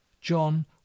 John